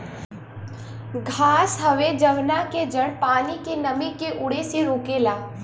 घास हवे जवना के जड़ पानी के नमी के उड़े से रोकेला